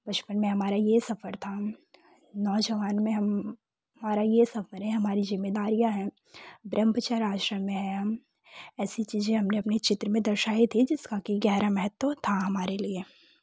बचपन में हमारे ये सफ़र था नौजवान में हम हमारा ये सफर है हमारी जिम्मेदारियाँ हैं ब्रह्मचर्य आश्रम में है हम ऐसी चीज़ें हमने अपने चित्र में दर्शायीं थी जिसका गहरा महत्व था हमारे लिए